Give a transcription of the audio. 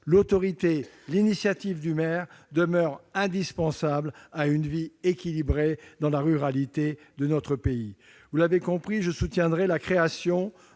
l'autorité, l'initiative du maire demeurent indispensables à une vie équilibrée dans la ruralité de notre pays. Vous l'aurez compris, je soutiendrai la création